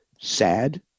sad